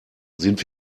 sind